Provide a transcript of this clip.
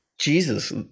Jesus